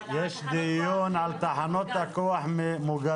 שזה יהיה חלק מהתנאים לזה שמתאפשרת הארכת הפעלת תחנת הכוח עד